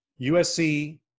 USC